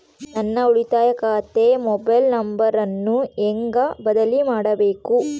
ನನ್ನ ಉಳಿತಾಯ ಖಾತೆ ಮೊಬೈಲ್ ನಂಬರನ್ನು ಹೆಂಗ ಬದಲಿ ಮಾಡಬೇಕು?